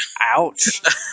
Ouch